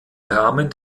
rahmen